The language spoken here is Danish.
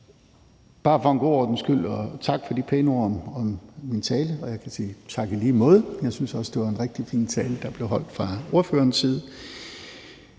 (Nicolai Wammen): Tak for de pæne ord om min tale, og jeg kan sige tak, og i lige måde. Jeg synes også, det var en rigtig fin tale, der blev holdt fra ordførerens side.